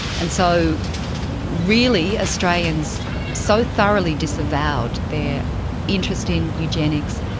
and so really australians so thoroughly disavowed their interest in eugenics,